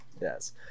Yes